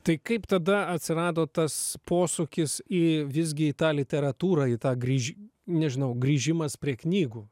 tai kaip tada atsirado tas posūkis į visgi tą literatūrą į tą grįž nežinau grįžimas prie knygų